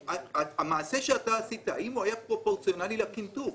המעשה שאתה עשית האם הוא היה פרופורציונאלי לקנטור.